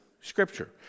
Scripture